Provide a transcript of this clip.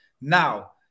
Now